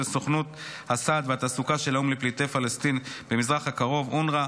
סוכנות הסעד והתעסוקה של האו"ם לפליטי פלסטין במזרח הקרוב (אונר"א)),